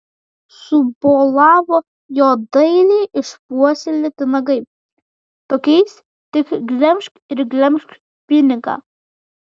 subolavo jo dailiai išpuoselėti nagai tokiais tik glemžk ir glemžk pinigą